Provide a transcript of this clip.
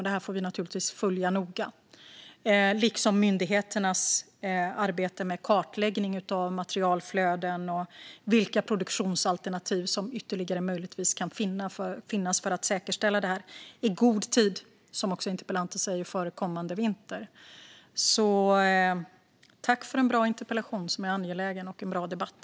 Det här får vi naturligtvis följa noga, liksom myndigheternas kartläggning av materialflöden och vilka produktionsalternativ som möjligtvis kan finnas för att säkerställa det här i god tid före kommande vinter, som interpellanten säger. Tack för en bra och angelägen interpellation och en bra debatt!